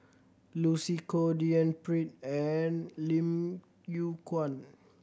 Lucy Koh D N Pritt and Lim Yew Kuan